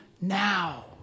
now